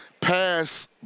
pass